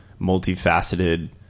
multifaceted